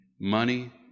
money